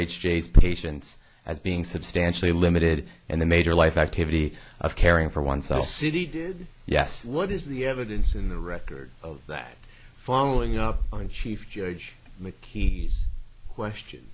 j s patients as being substantially limited and the major life activity of caring for oneself city did yes what is the evidence in the record of that following up on chief judge the key question